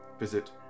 visit